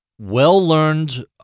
well-learned